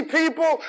people